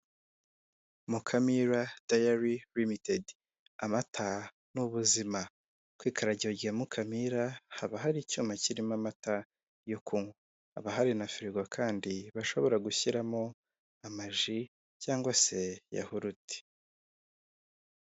Mukamira dayari rimitedi. Amata n'ubuzima, ku ikaragiro rya Mukamira haba hari icyuma kirimo amata yo kunywa, haba hari na firigo kandi, bashobora gushyiramo amaji cyangwa se yahurute.